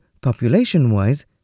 population-wise